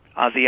Ozzy